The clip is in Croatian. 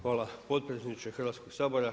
Hvala potpredsjedniče Hrvatskog sabora.